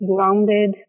grounded